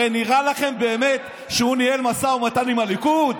הרי נראה לכם באמת שהוא ניהל משא ומתן עם הליכוד?